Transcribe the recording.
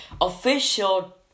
official